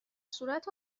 صورت